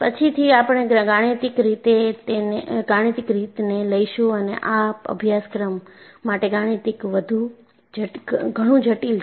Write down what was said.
પછીથી આપણે ગાણિતીક રીતને લઈશું અને આ અભ્યાસક્રમ માટે ગાણિતીક ઘણું જટિલ છે